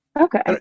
Okay